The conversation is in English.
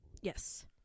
Yes